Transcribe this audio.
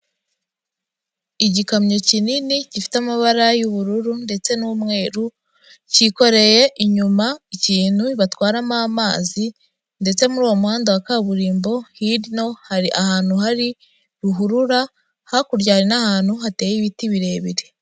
Igikamyo kinini gifite amabara y'ubururu ndetse n'umweru, cyikoreye inyuma ikintu batwaramo amazi ndetse muri uwo muhanda wa kaburimbo hino hari ahantu hari ruhurura, hakurya hari n'ahantu hateye ibiti birebire.